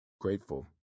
grateful